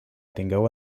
tingueu